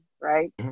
right